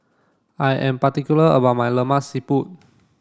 I am particular about my Lemak Siput